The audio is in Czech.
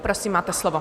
Prosím, máte slovo.